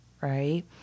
right